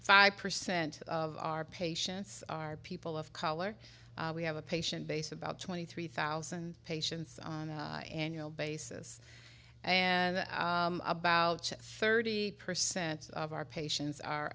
five percent of our patients are people of color we have a patient base about twenty three thousand patients annual basis and about thirty percent of our patients are